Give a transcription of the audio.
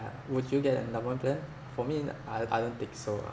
would you get endowment plan for me no~ I I don't think so ah